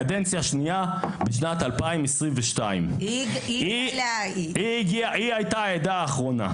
וקדנציה שנייה בשנת 2022 הייתה העדה האחרונה.